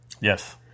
Yes